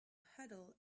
huddle